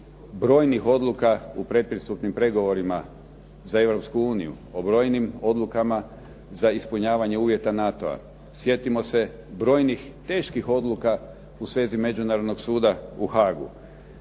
brojnih odluka u predpristupnim pregovorima za Europsku uniju, o brojnim odlukama za ispunjavanje uvjeta NATO-a. Sjetimo se brojnih teških odluka u svezi Međunarodnog suda u Haagu.